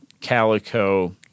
calico